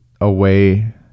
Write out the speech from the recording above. away